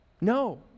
No